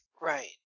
Right